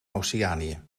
oceanië